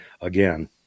again